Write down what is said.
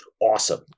awesome